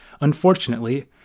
Unfortunately